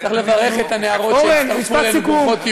צריך לברך את הנערות שהצטרפו אלינו: ברוכות תהיו.